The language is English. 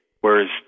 whereas